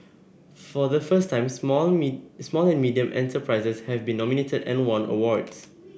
for the first time small small and medium enterprises have been nominated and won awards